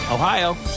Ohio